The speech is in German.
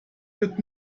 wird